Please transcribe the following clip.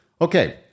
Okay